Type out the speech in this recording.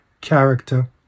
character